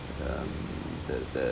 um the the